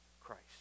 Christ